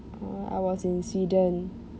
err I was in sweden